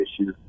issue